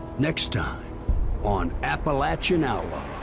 next time on appalachian outlaws.